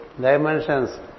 dimensions